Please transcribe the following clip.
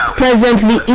presently